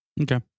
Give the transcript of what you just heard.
Okay